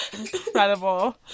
incredible